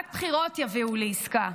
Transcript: רק בחירות יביאו לעסקה.